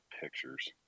pictures